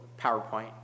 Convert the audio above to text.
PowerPoint